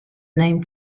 name